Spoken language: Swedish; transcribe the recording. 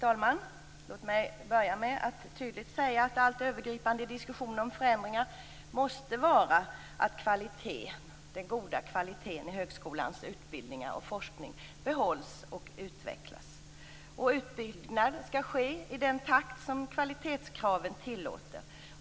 Herr talman! Det allt övergripande i diskussionen om förändringar måste vara att den goda kvaliteten i högskolans utbildningar och forskning behålls och utvecklas. Utbyggnaden skall ske i den takt som kvalitetskraven tillåter.